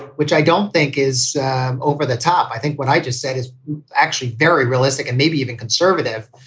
which i don't think is over the top. i think what i just said is actually very realistic and maybe even conservative.